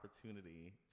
opportunity